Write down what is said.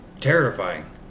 Terrifying